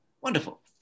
wonderful